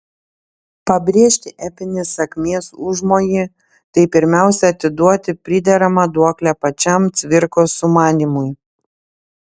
pabrėžti epinį sakmės užmojį tai pirmiausia atiduoti prideramą duoklę pačiam cvirkos sumanymui